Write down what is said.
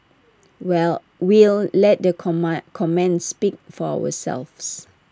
well we'll let the comma comments speak for ourselves